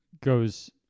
goes